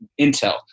intel